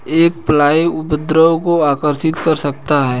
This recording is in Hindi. एक फ्लाई उपद्रव को आकर्षित कर सकता है?